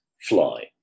fly